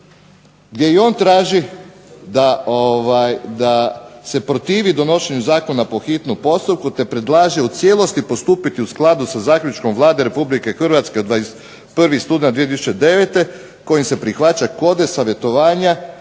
gdje i on traži "da se protivi donošenju zakona po hitnom postupku te predlaže u cijelosti postupiti u skladu sa zaključkom Vlada Republike Hrvatske od 21. studenog 2009. kojim se prihvaća kodeks savjetovanja